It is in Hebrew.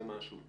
בבקשה.